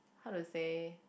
how to say